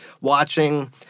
Watching